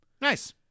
nice